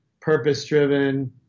purpose-driven